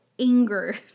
anger